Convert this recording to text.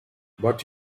but